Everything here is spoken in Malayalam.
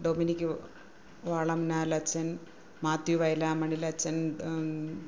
ഡൊമിനിക് വളംനാൽ അച്ഛൻ മാത്യു വയലാമണ്ണിൽ അച്ഛൻ